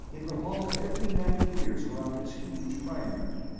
it revolved every ninety years around its huge primary.